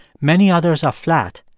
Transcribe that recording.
many others are flat,